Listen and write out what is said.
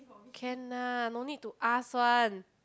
can ah no need to ask one